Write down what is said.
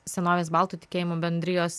senovės baltų tikėjimo bendrijos